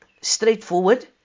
straightforward